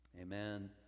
Amen